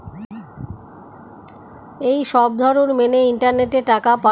এই সবধরণ মেনে ইন্টারনেটে টাকা পাঠানো হয়